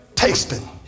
Tasting